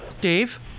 Dave